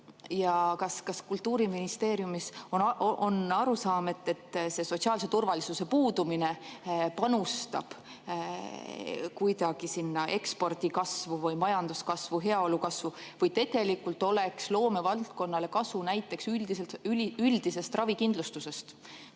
Kas Kultuuriministeeriumis on arusaam, et sotsiaalse turvalisuse puudumine panustab kuidagi sinna ekspordi kasvu, majanduskasvu ja heaolu kasvu? Või oleks tegelikult loomevaldkonnale kasu näiteks üldisest ravikindlustusest,